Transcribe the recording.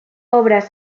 obras